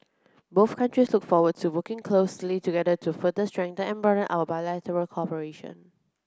both countries look forward to working closely together to further strengthen and broaden our bilateral cooperation